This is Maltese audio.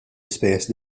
ispejjeż